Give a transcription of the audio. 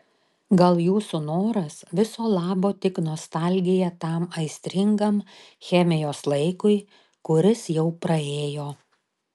gal jūsų noras viso labo tik nostalgija tam aistringam chemijos laikui kuris jau praėjo